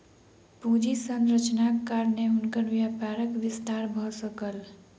पूंजी संरचनाक कारणेँ हुनकर व्यापारक विस्तार भ सकल